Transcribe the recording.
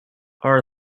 are